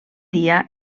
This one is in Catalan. dia